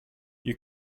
you